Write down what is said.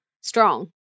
strong